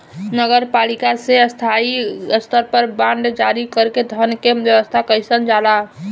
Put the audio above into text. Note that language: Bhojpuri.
नगर पालिका से स्थानीय स्तर पर बांड जारी कर के धन के व्यवस्था कईल जाला